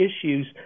issues